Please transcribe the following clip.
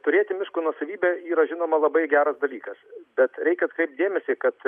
turėti miško nuosavybę yra žinoma labai geras dalykas bet reikia atkreipt dėmesį kad